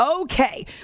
Okay